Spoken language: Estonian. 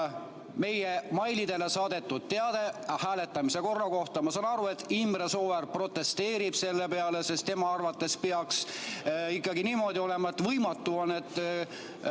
meie meilile saadetud teade hääletamise korra kohta. Ma saan aru, et Imre Sooäär protesteerib selle peale, sest tema arvates peaks ikkagi niimoodi olema, et võimatu on